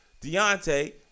Deontay